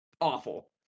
awful